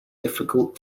difficult